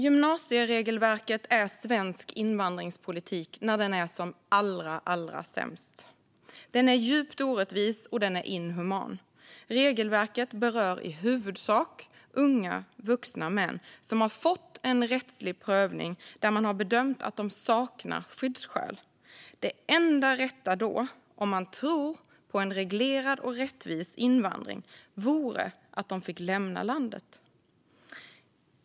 Gymnasieregelverket är svensk invandringspolitik när den är som allra sämst. Den är djupt orättvis, och den är inhuman. Regelverket berör i huvudsak unga vuxna män som har fått en rättslig prövning där man bedömt att de saknar skyddsskäl. Det enda rätta vore då, om man tror på en reglerad och rättvis invandring, att de fick lämna landet.